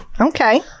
Okay